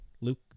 Luke